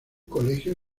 colegio